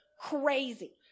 Crazy